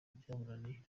byamunaniye